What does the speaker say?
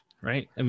Right